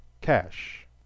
cash